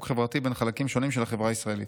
חברתי בין חלקים שונים של החברה הישראלית.